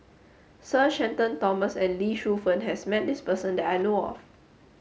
Sir Shenton Thomas and Lee Shu Fen has met this person that I know of